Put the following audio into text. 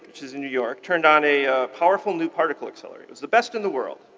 which is in new york, turned on a powerful new particle accelerator. it was the best in the world.